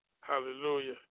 Hallelujah